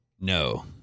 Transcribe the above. No